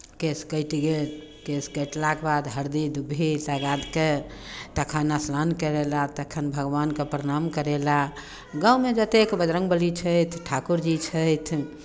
केश कटि गेल केश कटलाके बाद हरदि दूबि सभ राखि कऽ तखन स्नान करयला तखन भगवानके प्रणाम करयला गाँवमे जतेक बजरङ्गबली छथि ठाकुरजी छथि